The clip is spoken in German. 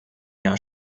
jahr